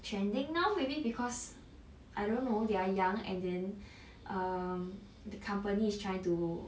trending now maybe because I don't know they are young and then um the company is trying to